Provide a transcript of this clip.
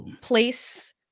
place